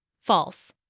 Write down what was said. False